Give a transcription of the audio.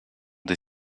des